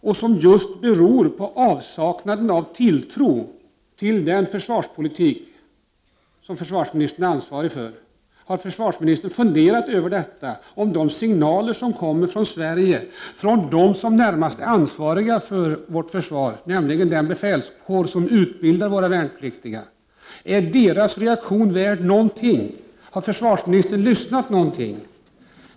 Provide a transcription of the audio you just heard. De beror just på avsaknaden av tilltro till den försvarspolitik som försvarsministern är ansvarig för. Har försvarsministern funderat över de signaler som kommer från Sverige, från dem som är närmast ansvariga för vårt försvar, nämligen den befälskår som utbildar våra värnpliktiga? Är deras reaktion värd någonting? Har försvarsministern lyssnat någonting?